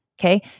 Okay